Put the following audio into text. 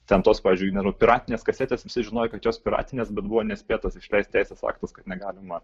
ten tos pavyzdžiui nežinau piratinės kasetės visi žinojo kad jos piratinės bet buvo nespėtos išleisti faktas kad negalima